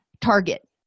target